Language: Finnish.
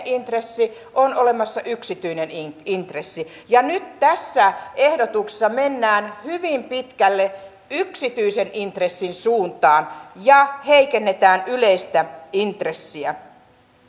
intressi on olemassa yksityinen intressi ja nyt tässä ehdotuksessa mennään hyvin pitkälle yksityisen intressin suuntaan ja heikennetään yleistä intressiä